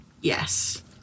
Yes